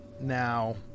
now